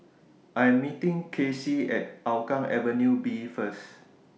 I Am meeting Kaycee At Hougang Avenue B First